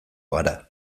gara